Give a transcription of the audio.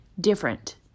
Different